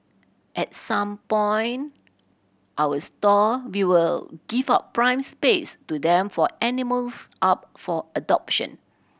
at some boy our store we will give out prime space to them for animals up for adoption